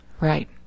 Right